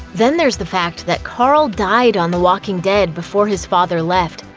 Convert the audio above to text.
then there's the fact that carl died on the walking dead before his father left,